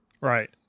Right